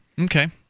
Okay